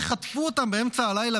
ואיך חטפו אותם באמצע הלילה,